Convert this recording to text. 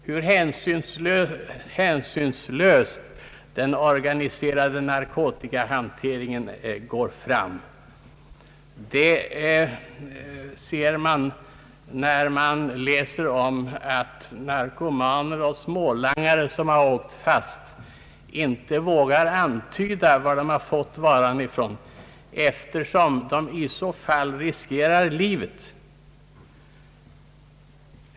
Hur hänsynslöst den organiserade narkotikahanteringen beter sig framgår av de uppgifter man ser i pressen om att narkomaner och smålangare som åkt fast inte vågar antyda var de fått sin vara ifrån, eftersom de i så fall riskerar livet.